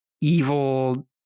evil